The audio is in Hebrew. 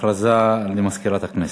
הכרזה למזכירת הכנסת.